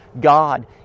God